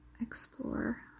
explore